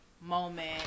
moment